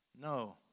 No